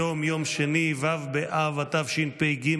היום יום שני ו' באב התשפ"ג,